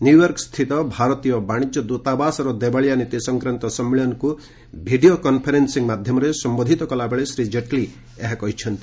ନ୍ୟୟର୍କସ୍ଥିତ ଭାରତୀୟ ବାଣିଜ୍ୟ ଦ୍ୱତାବାସର ଦେବାଳିଆ ନୀତି ସଂକ୍ରାନ୍ତ ସମ୍ମିଳନୀକୁ ଭିଡ଼ିଓ କନ୍ଫରେନ୍ସିଂ ମାଧ୍ୟମରେ ସମ୍ଭୋଧିତ କଲାବେଳେ ଶ୍ରୀ ଜେଟ୍ଲୀ ଏହା କହିଛନ୍ତି